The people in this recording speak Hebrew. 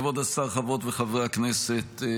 כבוד השר, חברות וחברי הכנסת.